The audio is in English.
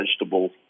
vegetables